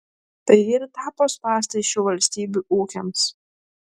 tai ir tapo spąstais šių valstybių ūkiams